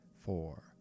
four